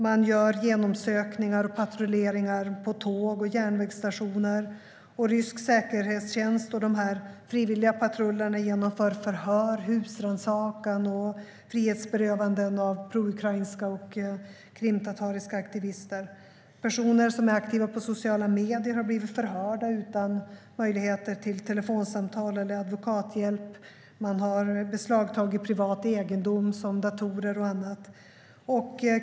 De patrullerar och gör genomsökningar av tåg och järnvägsstationer, och rysk säkerhetstjänst och de här frivilliga patrullerna genomför förhör, husrannsakningar och frihetsberövanden av proukrainska och krimtatariska aktivister. Personer som är aktiva på sociala medier har blivit förhörda utan möjligheter till telefonsamtal eller advokathjälp. Privat egendom som datorer och annat har beslagtagits.